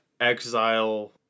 exile